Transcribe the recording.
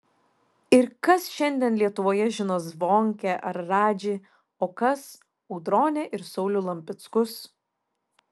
ir kas šiandien lietuvoje žino zvonkę ar radžį o kas audronę ir saulių lampickus